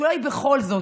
שאולי בכל זאת.